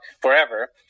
forever